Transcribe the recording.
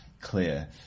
clear